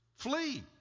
Flee